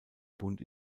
bund